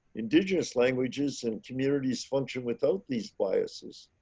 indigenous languages and communities function without these biases,